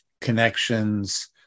connections